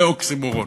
זה אוקסימורון.